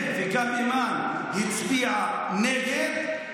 הם וגם אימאן הציעו נגד.